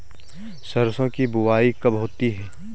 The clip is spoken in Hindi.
सरसों की बुआई कब होती है?